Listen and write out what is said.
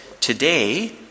Today